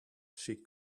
she